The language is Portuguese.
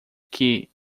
que